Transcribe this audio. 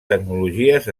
tecnologies